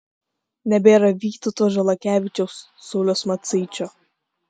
nebėra vytauto žalakevičiaus sauliaus macaičio